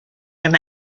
him